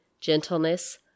gentleness